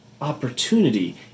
opportunity